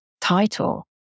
title